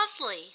lovely